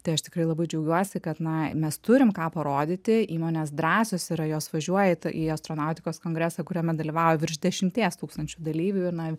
tai aš tikrai labai džiaugiuosi kad na mes turim ką parodyti įmonės drąsios yra jos važiuoja į astronautikos kongresą kuriame dalyvauja virš dešimties tūkstančių dalyvių ir na